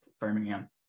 Birmingham